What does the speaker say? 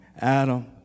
Adam